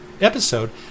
episode